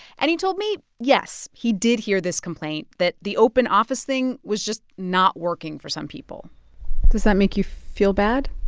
and he told me, yes, he did hear this complaint that the open office thing was just not working for some people does that make you feel bad?